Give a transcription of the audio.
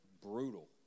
Brutal